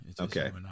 Okay